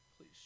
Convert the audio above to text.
Please